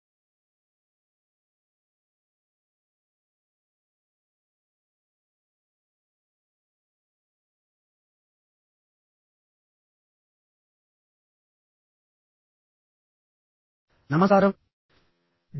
అందరికీ నమస్కారం